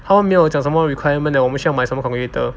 他们没有讲什么 requirement that 我们需要买什么 calculator